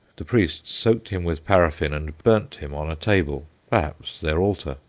the priests soaked him with paraffin, and burnt him on a table perhaps their altar.